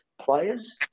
players